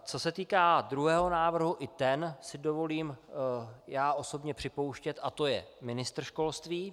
Co se týká druhého návrhu, i ten si dovolím osobně připouštět, a to je ministr školství.